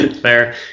Fair